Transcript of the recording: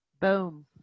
Boom